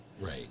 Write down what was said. Right